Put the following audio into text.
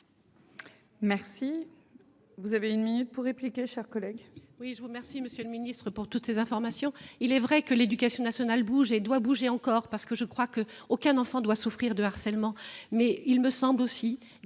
Merci. Vous avez une minute pour répliquer, chers collègues.